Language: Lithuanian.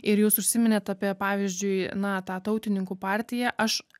ir jūs užsiminėt apie pavyzdžiui na tą tautininkų partiją aš